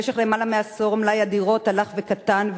במשך למעלה מעשור מלאי הדירות הלך וקטן,